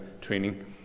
training